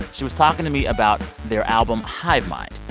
she was talking to me about their album hive mind.